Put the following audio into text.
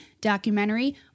documentary